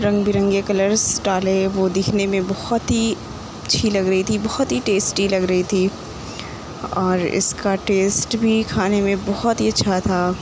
رنگ برنگے کلرس ڈالے وہ دکھنے میں بہت ہی اچھی لگ رہی تھی بہت ہی ٹیسٹی لگ رہی تھی اور اِس کا ٹیسٹ بھی کھانے میں بہت ہی اچھا تھا